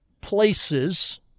places